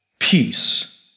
Peace